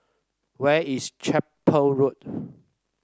where is Chapel Road